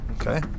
Okay